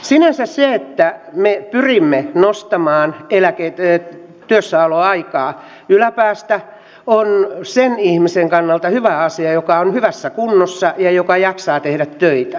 sinänsä se että me pyrimme nostamaan työssäoloaikaa yläpäästä on sen ihmisen kannalta hyvä asia joka on hyvässä kunnossa ja joka jaksaa tehdä töitä